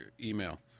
email